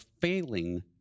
failing